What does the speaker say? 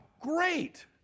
great